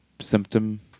symptom